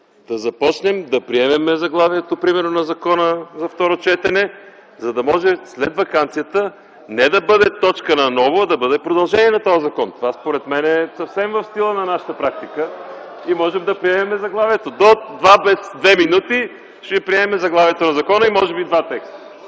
да започнем, да приемем заглавието примерно на закона на второ четене, за да може след ваканцията не да бъде точка наново, а да бъде продължение на този закон. Това според мен е съвсем в стила на нашата практика и можем да приемем заглавието. До 13,58 ч. ще приемем заглавието на закона и може би два текста.